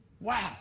Wow